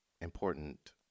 important